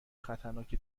خطرناک